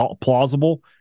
plausible